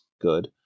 Good